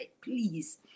please